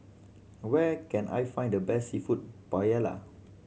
where can I find the best Seafood Paella